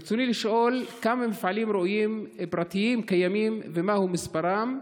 רצוני לשאול: 1. כמה מפעלים ראויים פרטיים קיימים ומהו מספרם?